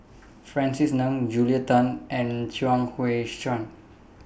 Francis Ng Julia Tan and Chuang Hui Tsuan